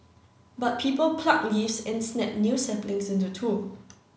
but people pluck leaves and snap new saplings into two